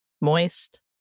moist